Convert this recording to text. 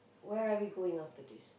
where are we going after this